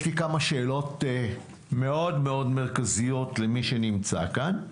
יש לי כמה שאלות מאוד מאוד מרכזיות למי שנמצא כאן.